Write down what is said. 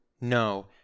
No